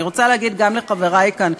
ואני רוצה להגיד גם לחברי כאן,